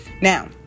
Now